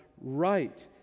right